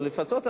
לא לפצות,